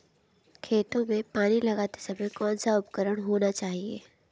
खेतों में पानी लगाते समय कौन सा उपकरण होना चाहिए?